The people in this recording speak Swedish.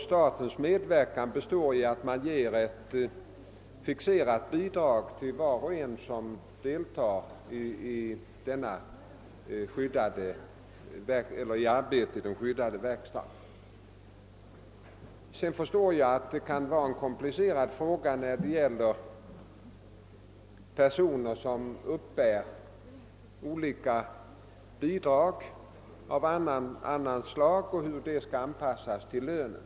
Statens medverkan består i att man ger ett fixerat bidrag till var och en som deltar i arbetet på den skyddade verkstaden. Jag förstår att det kan vara en komplicerad fråga när det gäller personer som uppbär olika bidrag av annat slag och hur dessa skall anpassas till lönen.